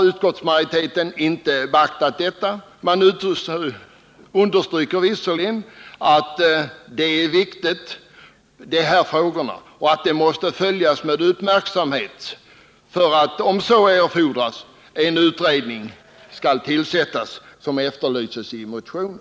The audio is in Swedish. Utskottsmajoriteten har inte beaktat det vi här har framfört. Man understryker visserligen att dessa frågor är viktiga, att utvecklingen på detta område måste följas med uppmärksamhet och att om så erfordras en sådan utredning skall tillsättas som efterlyses i motionen.